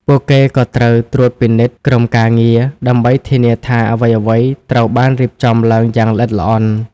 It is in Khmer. ពួកគេក៏ត្រូវត្រួតពិនិត្យក្រុមការងារ ដើម្បីធានាថាអ្វីៗត្រូវបានរៀបចំឡើងយ៉ាងល្អិតល្អន់។